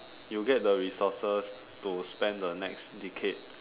you get the resources to spend the next decade